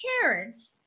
parent